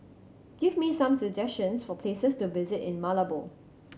give me some suggestions for places to visit in Malabo